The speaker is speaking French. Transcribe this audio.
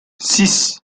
six